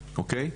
אוקיי.